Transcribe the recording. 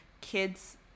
kids